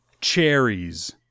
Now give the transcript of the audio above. cherries